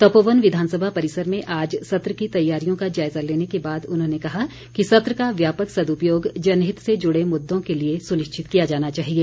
तपोवन विधानसभा परिसर में आज सत्र की तैयारियों का जायजा लेने के बाद उन्होंने कहा कि सत्र का व्यापक सद्पयोग जनहित से जुड़े मुद्दों के लिए सुनिश्चित किया जाना चाहिए